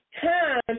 time